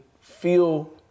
feel